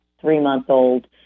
three-month-old